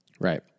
Right